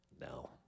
No